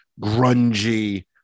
grungy